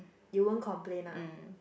you won't complain ah